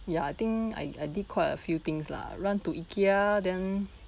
ya I think I I did quite a few things lah run to ikea then